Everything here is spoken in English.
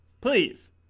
Please